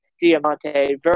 Diamante